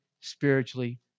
spiritually